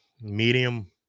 medium